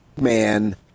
man